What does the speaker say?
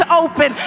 open